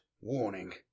warning